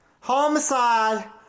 Homicide